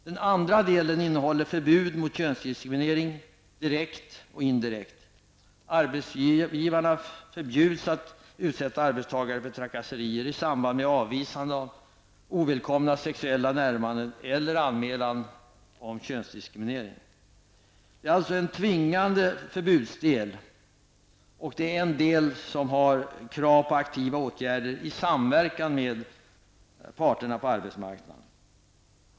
Den andra delen innehåller förbud mot könsdiskriminering direkt och indirekt. Arbetsgivarna förbjuds att utsätta arbetstagare för trakasserier i samband med avvisande av ovälkomna sexuella närmanden eller anmälan om könsdiskriminering. Det är alltså en tvingande förbudsdel. I vissa fall är det fråga om krav på aktiva åtgärder i samverkan med parterna på arbetsmarknaden.